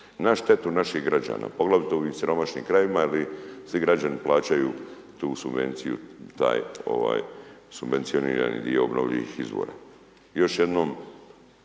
na štetu naših građana, poglavito ovim siromašnim krajevima jer svi građani plaćaju tu subvenciju, taj, ovaj subvencionirani dio obnovljivih izvora.